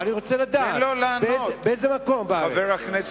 אני רוצה לדעת באיזה מקום בארץ.